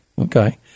Okay